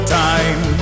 time